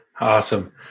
Awesome